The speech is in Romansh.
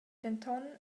denton